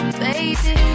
baby